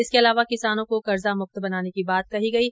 इसके अलावा किसानों को कर्जा मुक्त बनाने की बात कही गई है